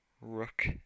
rook